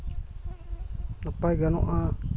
ᱱᱟᱯᱟᱭ ᱜᱟᱱᱚᱜᱼᱟ